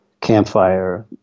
campfire